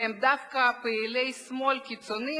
הם דווקא פעילי שמאל קיצוניים